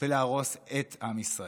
ולהרוס את עם ישראל.